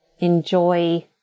enjoy